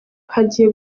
hagiye